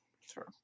Sure